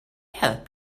help